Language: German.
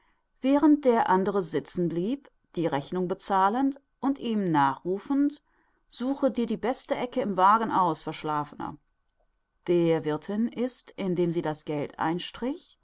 während der andere sitzen blieb die rechnung bezahlend und ihm nachrufend suche dir die beste ecke im wagen aus verschlafener der wirthin ist indem sie das geld einstrich